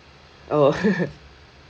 oh